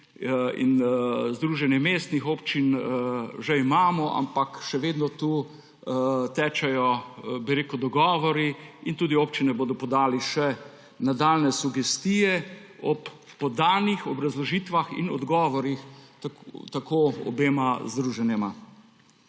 in Združenja mestnih občin že imamo, ampak vseeno še vedno tečejo dogovori in tudi občine bodo podale še nadaljnje sugestije ob podanih obrazložitvah in odgovorih obema združenjema.